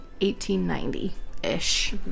1890-ish